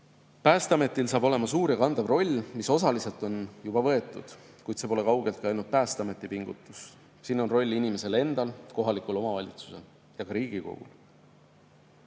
Päästeametil saab olema suur ja kandev roll, mis osaliselt on juba võetud. Kuid see pole kaugeltki ainult Päästeameti pingutus. Siin on roll inimesel endal, kohalikul omavalitsusel ja ka Riigikogul.